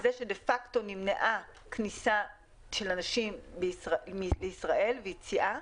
בזה שדה פקטו נמנעה כניסה של אנשים לישראל ויציאה,